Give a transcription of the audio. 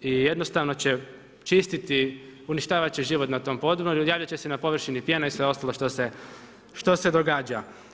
i jednostavno će čistiti, uništavat će život na tom podmorju, javljat će se na površini pjena i sve ostalo što se događa.